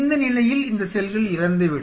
இந்த நிலையில் இந்த செல்கள் இறந்துவிடும்